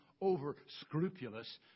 over-scrupulous